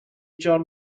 john